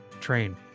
train